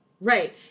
Right